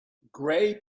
gray